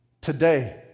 today